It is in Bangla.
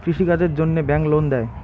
কৃষি কাজের জন্যে ব্যাংক লোন দেয়?